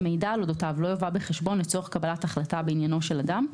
ומידע על אודותיו לא יובא בחשבון לצורך קבלת החלטה בעניינו של אדם,